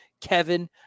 kevin